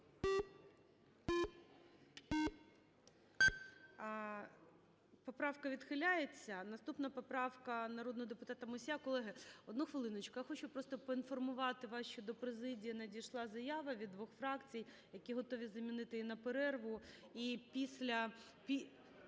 Поправка відхиляється. Наступна поправка - народного депутата Мусія. Колеги, одну хвилиночку. Я хочу просто поінформувати вас, що до президії надійшла заява від двох фракцій, які готові замінити її на перерву…